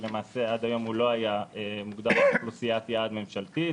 שלמעשה עד היום הוא לא היה מוגדר כאוכלוסיית יעד ממשלתית